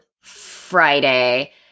Friday